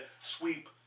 sweep